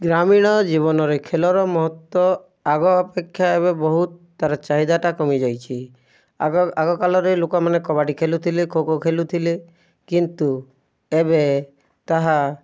ଗ୍ରାମୀଣ ଜୀବନରେ ଖେଲର ମହତ୍ଵ ଆଗ ଅପେକ୍ଷା ଏବେ ବହୁତ ତା'ର ଚାହିଦାଟା କମି ଯାଇଛି ଆଗକାଲରେ ଲୋକମାନେ କବାଡ଼ି ଖେଲୁଥିଲେ ଖୋକ ଖେଲୁଥିଲେ କିନ୍ତୁ ଏବେ ତାହା